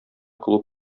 клуб